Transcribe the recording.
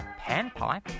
Panpipe